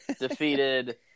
defeated